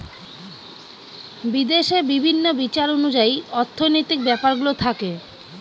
বিদেশে বিভিন্ন বিচার অনুযায়ী অর্থনৈতিক ব্যাপারগুলো থাকে